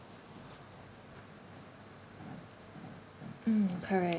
mm correct